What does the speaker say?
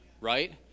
right